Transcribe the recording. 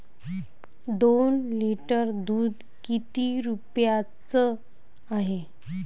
दोन लिटर दुध किती रुप्याचं हाये?